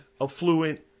affluent